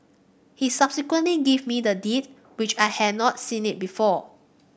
he subsequently gave me the Deed which I had not seen it before